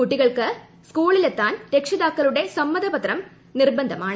കുട്ടികൾക്ക് സ്കൂളിലെത്താൻ രക്ഷിതാക്കളുടെ സമ്മതപത്രം നിർബന്ധമാണ്